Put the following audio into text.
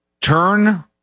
Turn